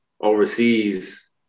overseas